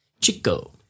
Chico